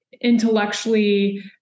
intellectually